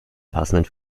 passenden